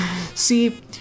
see